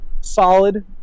solid